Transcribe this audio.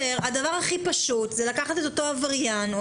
הדבר הכי פשוט עבור השוטר הוא לקחת את אותו עבריין או